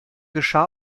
geschah